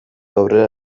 aurrera